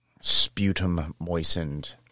sputum-moistened